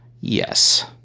Yes